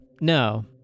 No